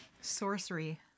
sorcery